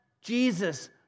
Jesus